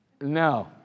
no